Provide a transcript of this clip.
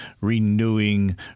renewing